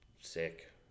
sick